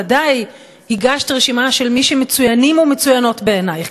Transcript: ודאי הגשת רשימה של מי שמצוינים ומצוינות בעינייך,